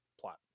plot